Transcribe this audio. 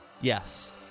yes